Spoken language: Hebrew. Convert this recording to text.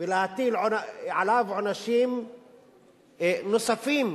ולהטיל עליו עונשים נוספים